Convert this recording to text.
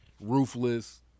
ruthless